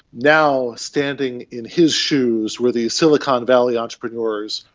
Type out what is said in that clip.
now standing in his shoes were the silicon valley entrepreneurs,